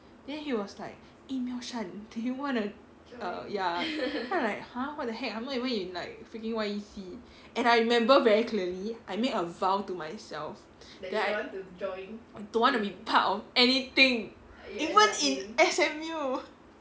then he was like eh miao shan do you want to err ya then I'm like !huh! what the heck I'm not even in like freaking Y_E_C and I remember very clearly I made a vow to myself that I don't want to be part of anything even in S_M_U